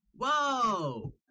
whoa